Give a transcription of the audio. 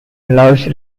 allows